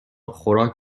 خوراک